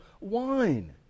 wine